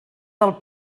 del